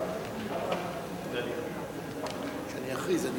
חוק לתיקון פקודת מס הכנסה (מס' 182),